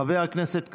חבר הכנסת קרעי,